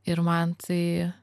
ir man tai